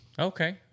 Okay